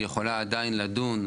היא יכולה עדיין לדון,